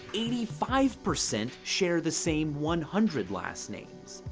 eighty five percent share the same one hundred last names.